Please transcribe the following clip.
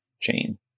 chain